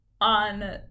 on